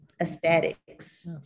Aesthetics